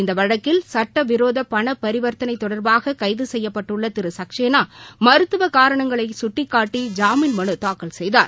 இநத வழக்கில் சட்டவிரோத பண பரிவர்த்தனை தொ்பாக கைது செய்யப்பட்டுள்ள திரு சக்சேனா மருத்துவ காரணங்களை சுட்டிக்காட்டி ஜாமீன் மனு தாக்கல் செய்தார்